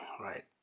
right